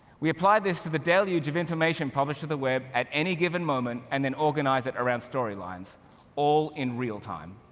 we applied this to the deluge of information published to the web at any given moment and then organize it around story lines all in real time.